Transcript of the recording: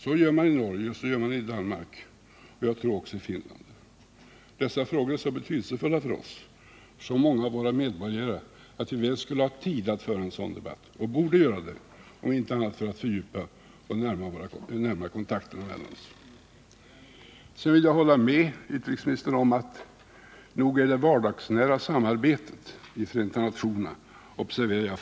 Så gör man i Norge och så gör man i Danmark — och jag tror även i Finland. Dessa frågor är så betydelsefulla för många av våra medborgare att vi borde ta oss tid att föra en sådan debatt, om inte annat för att fördjupa kontakterna länderna emellan. Sedan vill jag gärna hålla med utrikesministern om att det är det vardagsnära arbetet i Förenta nationerna som betyder mest i längden.